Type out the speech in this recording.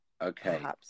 Okay